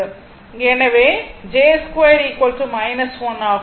எனவே j2 1 ஆகும்